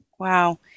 Wow